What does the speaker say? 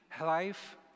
life